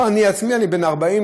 אני עצמי בן 40,